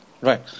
Right